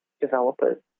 developers